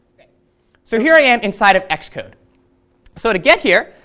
so here i am inside of xcode. so to get here,